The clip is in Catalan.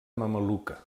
mameluca